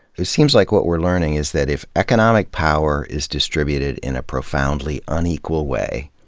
it seems like what we're learning is that if economic power is distributed in a profoundly unequal way,